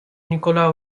nikola